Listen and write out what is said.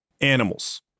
Animals